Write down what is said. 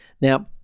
Now